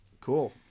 cool